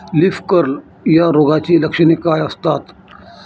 Leaf curl या रोगाची लक्षणे काय असतात?